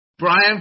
Brian